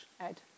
Ed